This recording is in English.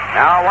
now